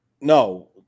No